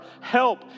help